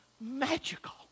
magical